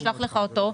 אשלח לך אותו,